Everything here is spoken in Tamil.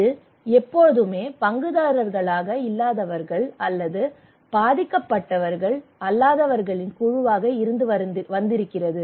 இது எப்போதுமே பங்குதாரர்களாக இல்லாதவர்கள் அல்லது பாதிக்கப்பட்டவர்கள் அல்லாதவர்களின் குழுவாக இருந்து வருகிறது